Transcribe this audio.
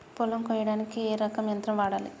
పొలం కొయ్యడానికి ఏ రకం యంత్రం వాడాలి?